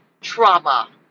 trauma